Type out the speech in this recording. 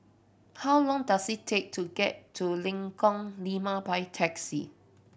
how long does it take to get to Lengkong Lima by taxi